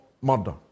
murder